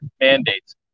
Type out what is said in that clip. mandates